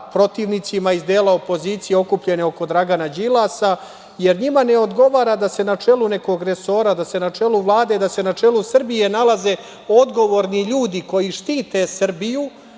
protivnicima iz dela opozicije okupljene oko Dragana Đilasa, jer njima ne odgovara da se na čelu nekog resora, da se na čelu Vlade i da se na čelu Srbije nalaze odgovorni ljudi koji štite Srbiju,